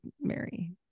Mary